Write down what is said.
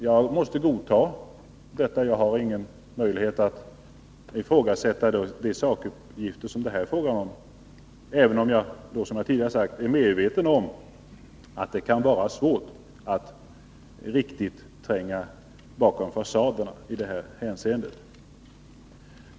Jag måste godta detta — jag har ingen möjlighet att ifrågasätta de sakuppgifter som det här är fråga om, även om jag, som jag tidigare sagt, är medveten om att det kan vara svårt att riktigt tränga bakom fasaderna i det här hänseendet.